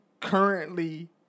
currently